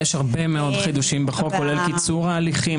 יש הרבה מאוד חידושים בחוק כולל קיצור תהליכים,